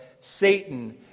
Satan